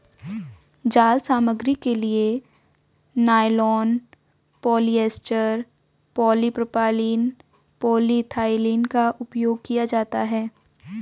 जाल सामग्री के लिए नायलॉन, पॉलिएस्टर, पॉलीप्रोपाइलीन, पॉलीएथिलीन का उपयोग किया जाता है